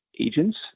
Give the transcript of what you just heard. agents